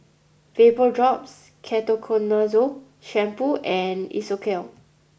VapoDrops Ketoconazole Shampoo and Isocal